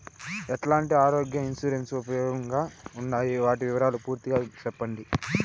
ఎట్లాంటి ఆరోగ్య ఇన్సూరెన్సు ఉపయోగం గా ఉండాయి వాటి వివరాలు పూర్తిగా సెప్పండి?